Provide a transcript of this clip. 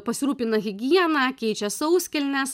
pasirūpina higiena keičia sauskelnes